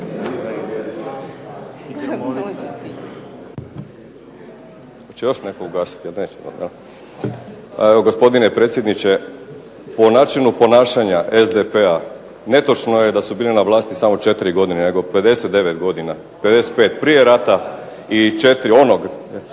Gospodine predsjedniče, po načinu ponašanja SDP-a netočno je da su bili na vlasti samo 4 godine nego 59 godina, 55 prije rata, i 4 onog